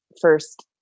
first